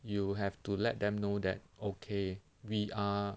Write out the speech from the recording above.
you have to let them know that okay we are